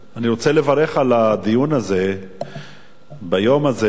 אני רוצה לברך על הדיון הזה ביום הזה,